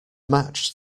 match